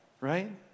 right